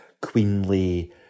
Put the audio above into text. queenly